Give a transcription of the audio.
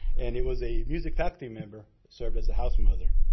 and it was a music faculty member served as a house mother.